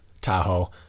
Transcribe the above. Tahoe